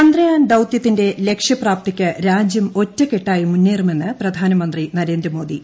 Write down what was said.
ചന്ദ്രയാൻ ദൌത്യത്തിന്റെ ലക്ഷ്യപ്രാപ്തിയ്ക്ക് രാജ്യം ഒറ്റക്കെട്ടായി മുന്നേറുമെന്ന് പ്രധാനമന്ത്രി നരേന്ദ്രമോദി